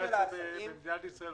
צריך להוכיח שהוא רק פוטר הוא